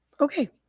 okay